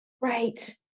Right